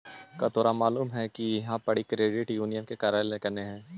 का तोरा मालूम है कि इहाँ पड़ी क्रेडिट यूनियन के कार्यालय कने हई?